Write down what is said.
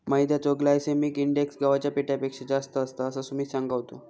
मैद्याचो glycemic index गव्हाच्या पिठापेक्षा जास्त असता, असा सुमित सांगा होतो